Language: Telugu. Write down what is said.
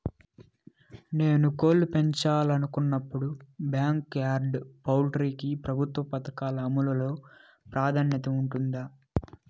నేను కోళ్ళు పెంచాలనుకున్నపుడు, బ్యాంకు యార్డ్ పౌల్ట్రీ కి ప్రభుత్వ పథకాల అమలు లో ప్రాధాన్యత ఉంటుందా?